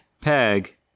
peg